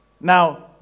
Now